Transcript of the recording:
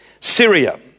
Syria